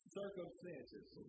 circumstances